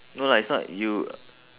no lah it's not you